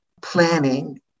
planning